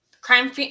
Crime